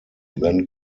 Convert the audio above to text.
then